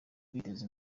kwiteza